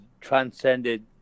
transcended